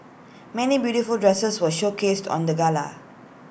many beautiful dresses were showcased on the gala